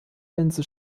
linse